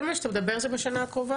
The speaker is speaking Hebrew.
כל מה שאתה מדבר זה בשנה הקרובה?